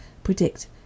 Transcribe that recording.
predict